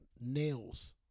nails